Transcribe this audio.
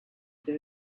there